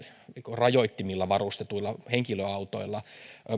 rajoittimilla varustetuilla henkilöautoilla